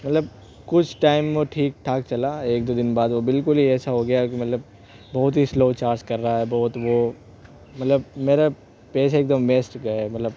مطلب کچھ ٹائم وہ ٹھیک ٹھاک چلا ایک دو دن بعد وہ بالکل ہی ایسا ہو گیا کہ مطلب بہت ہی سلو چارج کر رہا ہے بہت وہ مطلب میرے پیسے ایک دم ویسٹ گئے مطلب